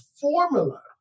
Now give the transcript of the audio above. formula